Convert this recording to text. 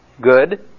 good